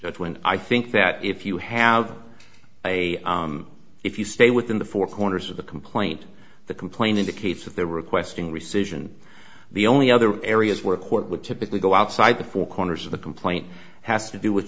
that's when i think that if you have a if you stay within the four corners of the complaint the complaint indicates that they were requesting rescission the only other areas where a court would typically go outside the four corners of the complaint has to do with